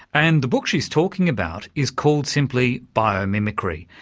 and the book she's talking about is called simply biomimicry.